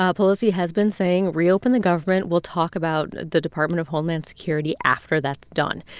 ah pelosi has been saying, reopen the government. we'll talk about the department of homeland security after that's done.